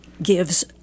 gives